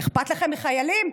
אכפת לכם מחיילים?